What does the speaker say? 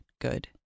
good